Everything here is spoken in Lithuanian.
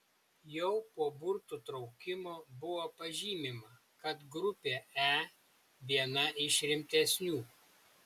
jau po burtų traukimo buvo pažymima kad grupė e viena iš rimtesnių